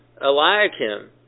Eliakim